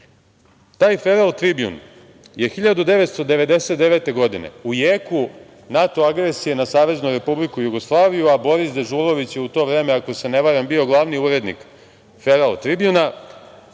Feral Tribjun je 1999. godine u jeku NATO agresije na Saveznu Republiku Jugoslaviju, a Boris Dežulović je u to vreme, ako se ne varam, bio glavni urednik Ferala Tribjuna,